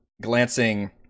glancing